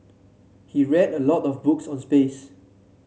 he read a lot of books on space